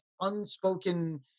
unspoken